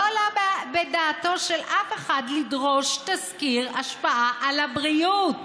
לא עלה בדעתו של אף אחד לדרוש תסקיר השפעה על הבריאות,